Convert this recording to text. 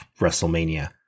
WrestleMania